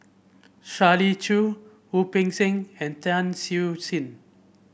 Shirley Chew Wu Peng Seng and Tan Siew Sin